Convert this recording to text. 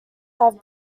have